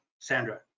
Sandra